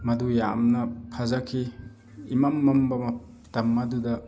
ꯃꯗꯨ ꯌꯥꯝꯅ ꯐꯖꯈꯤ ꯏꯃꯝ ꯃꯝꯕ ꯃꯇꯝ ꯑꯗꯨꯗ